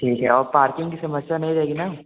ठीक है और पार्किंग की समस्या नहीं रहेगी ना